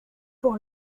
pour